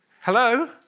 Hello